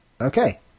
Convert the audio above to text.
Okay